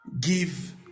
give